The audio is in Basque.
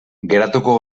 geratuko